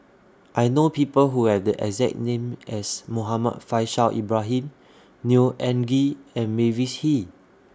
I know People Who Have The exact name as Muhammad Faishal Ibrahim Neo Anngee and Mavis Hee